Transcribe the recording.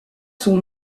son